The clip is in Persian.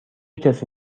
کسی